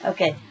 Okay